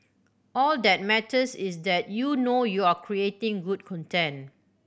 all that matters is that you know you're creating good content